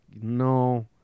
no